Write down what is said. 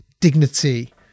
dignity